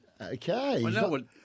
Okay